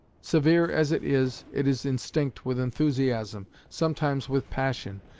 severe as it is, it is instinct with enthusiasm, sometimes with passion.